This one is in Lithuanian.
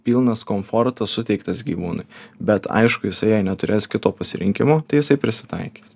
pilnas komfortas suteiktas gyvūnui bet aišku jisai jei neturės kito pasirinkimo tai jisai prisitaikys